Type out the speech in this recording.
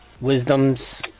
Wisdom's